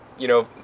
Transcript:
you know,